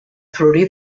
florir